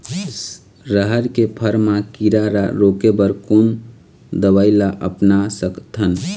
रहर के फर मा किरा रा रोके बर कोन दवई ला अपना सकथन?